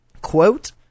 Quote